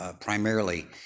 primarily